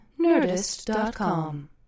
nerdist.com